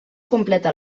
completa